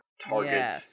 target